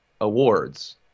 awards